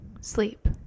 sleep